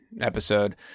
episode